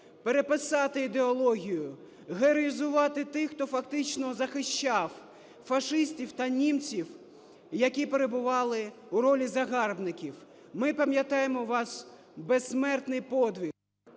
переписати ідеологію, героїзувати тих, хто фактично захищав фашистів та німців, які перебували у ролі загарбників. Ми пам'ятаємо ваш безсмертний подвиг…